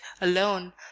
alone